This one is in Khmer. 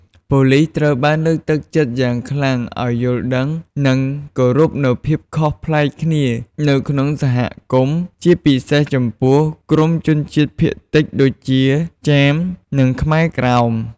ប៉ូលិសត្រូវបានលើកទឹកចិត្តយ៉ាងខ្លាំងឲ្យយល់ដឹង និងគោរពនូវភាពខុសប្លែកគ្នា នៅក្នុងសហគមន៍ ជាពិសេសចំពោះក្រុមជនជាតិភាគតិចដូចជា ចាម និងខ្មែរក្រោម។